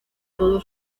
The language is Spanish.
todo